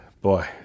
boy